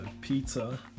pizza